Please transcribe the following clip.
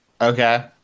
Okay